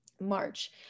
March